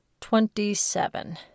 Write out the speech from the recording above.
Twenty-seven